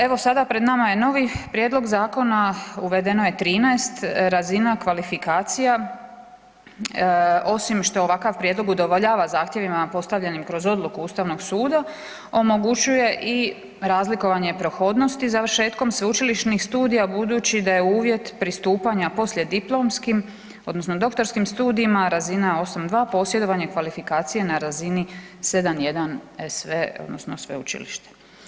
Evo sada pred nama novi prijedlog zakona, uvedeno je 13 razina kvalifikacija, osim što ovakav prijedlog udovoljava zahtjevima postavljenima kroz odluku Ustavnog suda, omogućuje i razlikovanje prohodnosti završetkom sveučilišnih studija, budući da je uvjet pristupanja poslijediplomskim, odnosno doktorskim studijima, razina 8-2, posjedovanje kvalifikacije na razini 7-1-SV odnosno sveučilište.